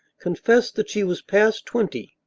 confessed that she was past twenty,